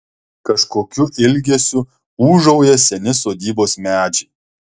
kažkokiu ilgesiu ūžauja seni sodybos medžiai